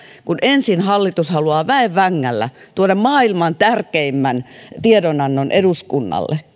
että kun ensin hallitus haluaa väen vängällä tuoda heidän mielestään maailman tärkeimmän tiedonannon eduskunnalle